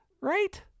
right